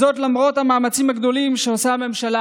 למרות המאמצים הגדולים שעושה הממשלה